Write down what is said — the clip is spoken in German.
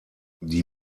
die